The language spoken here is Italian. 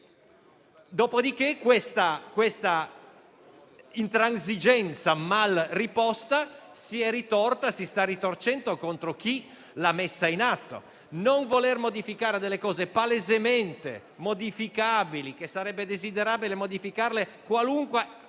Dopodiché, questa intransigenza mal riposta si è ritorta e si sta ritorcendo contro chi l'ha messa in atto. Non voler modificare delle cose palesemente modificabili, che sarebbe desiderabile modificare in qualunque